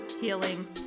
healing